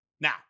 Now